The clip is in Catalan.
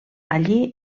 allí